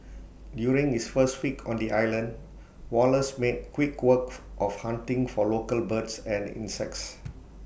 during his first week on the island Wallace made quick work of hunting for local birds and insects